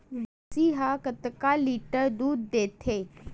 भंइसी हा कतका लीटर दूध देथे?